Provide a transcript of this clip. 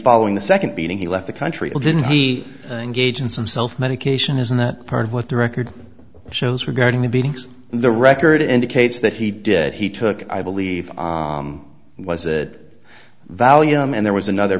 following the second beating he left the country didn't he and gage and some self medication isn't that part of what the record shows regarding the beatings the record indicates that he did he took i believe was that value and there was another